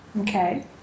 Okay